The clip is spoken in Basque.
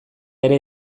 ere